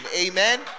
amen